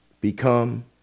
become